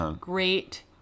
great